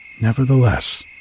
Nevertheless